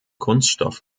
kunststoff